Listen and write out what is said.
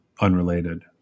unrelated